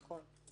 נכון.